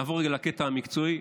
נעבור רגע לקטע המקצועי,